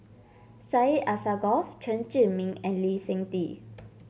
Syed Alsagoff Chen Zhiming and Lee Seng Tee